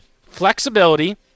flexibility